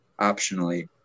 optionally